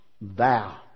thou